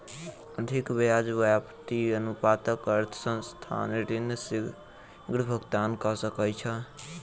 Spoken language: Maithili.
अधिक ब्याज व्याप्ति अनुपातक अर्थ संस्थान ऋण शीग्र भुगतान कय सकैछ